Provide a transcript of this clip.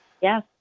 yes